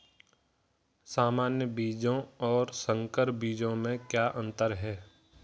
सामान्य बीजों और संकर बीजों में क्या अंतर है?